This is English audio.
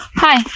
hi,